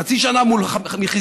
חצי שנה מול החיזבאללה,